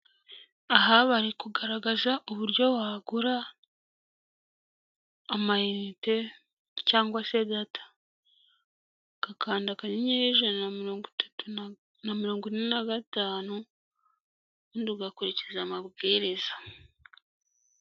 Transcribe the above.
Aha bari kugaragaza uburyo wagura amayinite cyangwa se data ugakanda akanyenyeri ijana na mirongo itatu, na mirongo ine na gatanu ubundi ugakurikiza amabwiriza.